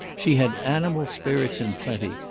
she had animal spirits in plenty,